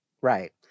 right